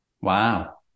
Wow